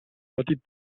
petit